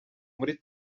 muri